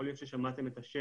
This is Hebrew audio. יכול להיות ששמעתם את השם,